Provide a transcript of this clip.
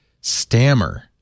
stammer